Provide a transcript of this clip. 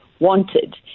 wanted